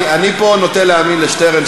אני נוטה להאמין לשטרן,